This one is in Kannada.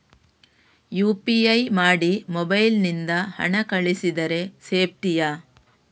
ಯು.ಪಿ.ಐ ಮಾಡಿ ಮೊಬೈಲ್ ನಿಂದ ಹಣ ಕಳಿಸಿದರೆ ಸೇಪ್ಟಿಯಾ?